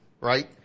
right